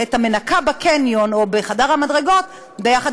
את המנקה בקניון או בחדר המדרגות יחד